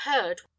heard